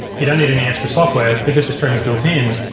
you don't need any extra software because the streaming is built in,